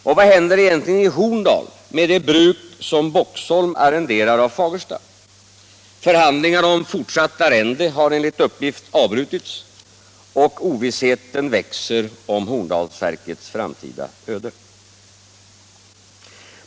Och vad händer egentligen i Horndal med det bruk, som Boxholm arrenderar av Fagersta? Förhandlingarna om fortsatt arrende har enligt uppgift avbrutits och ovissheten växer om Horndalsverkets framtida öde.